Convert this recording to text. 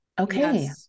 Okay